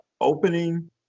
opening